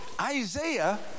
Isaiah